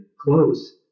close